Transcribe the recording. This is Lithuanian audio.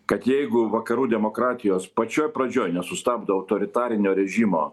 kad jeigu vakarų demokratijos pačioj pradžioj nesustabdo autoritarinio režimo